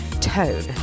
tone